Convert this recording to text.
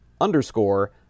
underscore